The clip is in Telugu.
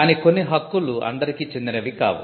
కాని కొన్ని హక్కులు అందరికీ చెందినవి కావు